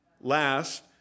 last